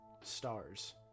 stars